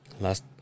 Last